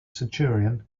centurion